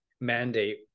mandate